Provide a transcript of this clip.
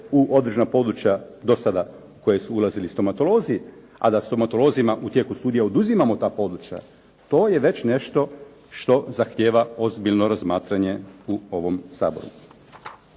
u određena područja, do sada koje su ulazili stomatolozi, a da stomatolozima u tijeku studija oduzimamo ta područja, to je već nešto što zahtijeva ozbiljno razmatranje u ovom Saboru.